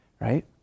right